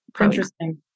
Interesting